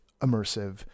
immersive